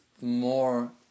more